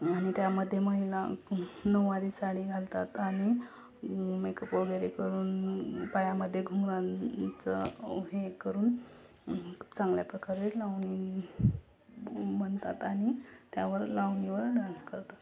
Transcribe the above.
आणि त्यामध्ये महिला नऊवारी साडी घालतात आणि मेकअपवगैरे करून पायामध्ये घुंगरांचं हे करून खूप चांगल्या प्रकारे लावणी म्हणतात आणि त्यावर लावणीवर डान्स करतात